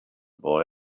boy